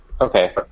Okay